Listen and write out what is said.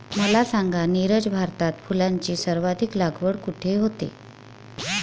मला सांगा नीरज, भारतात फुलांची सर्वाधिक लागवड कुठे होते?